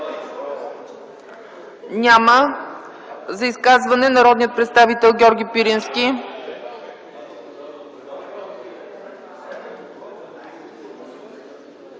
Няма. За изказване – народният представител Георги Пирински.